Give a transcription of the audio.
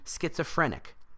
schizophrenic